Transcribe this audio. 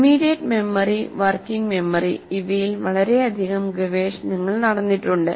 immediate memory working memory ഇവയിൽ വളരെയധികം ഗവേഷണങ്ങൾ നടന്നിട്ടുണ്ട്